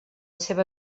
seva